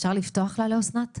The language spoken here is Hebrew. אפשר כמובן לבחון את הנושא,